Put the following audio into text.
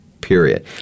period